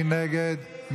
מי נגד?